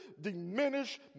diminish